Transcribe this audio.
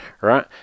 right